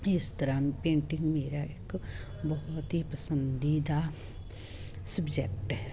ਇਸ ਤਰ੍ਹਾਂ ਪੇਂਟਿੰਗ ਮੇਰਾ ਇੱਕ ਬਹੁਤ ਹੀ ਪਸੰਦੀਦਾ ਸਬਜੈਕਟ ਹੈ